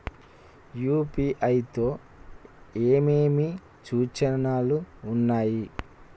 UPI లో ఏమేమి సూచనలు ఉన్నాయి?